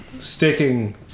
sticking